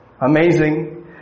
amazing